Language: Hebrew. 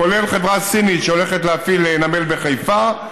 כולל חברה סינית שהולכת להפעיל נמל בחיפה,